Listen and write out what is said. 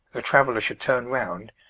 the traveller should turn round,